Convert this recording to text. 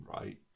right